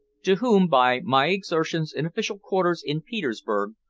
to whom, by my exertions in official quarters in petersburg,